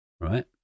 right